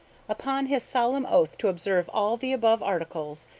upon his solemn oath to observe all the above articles,